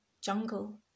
jungle